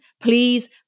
Please